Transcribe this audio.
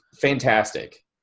fantastic